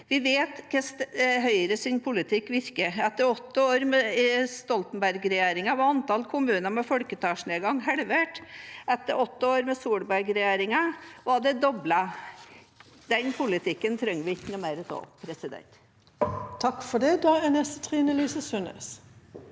Vi vet hvordan Høyres politikk virker. Etter åtte år med Stoltenberg-regjeringen var antallet kommuner med folketallsnedgang halvert. Etter åtte år med Solbergregjeringen var det doblet. Den politikken trenger vi ikke mer av.